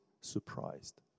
surprised